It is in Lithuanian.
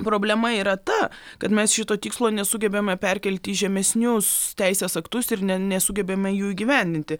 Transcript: problema yra ta kad mes šito tikslo nesugebame perkelti į žemesnius teisės aktus ir ne nesugebame jų įgyvendinti